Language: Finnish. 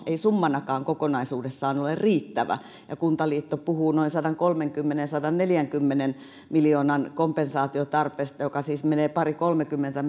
ei summanakaan kokonaisuudessaan ole riittävä kuntaliitto puhuu noin sadankolmenkymmenen viiva sadanneljänkymmenen miljoonan kompensaatiotarpeesta joka siis menee pari kolmekymmentä